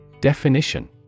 Definition